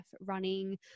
running